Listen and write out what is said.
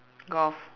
golf